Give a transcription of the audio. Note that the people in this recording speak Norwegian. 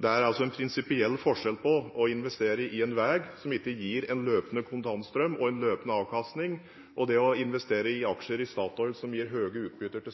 det er en prinsipiell forskjell på å investere i en veg som ikke gir en løpende kontantstrøm og en løpende avkastning, og det å investere i aksjer i Statoil, som gir høye utbytter